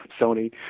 Sony